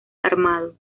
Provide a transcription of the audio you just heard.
armado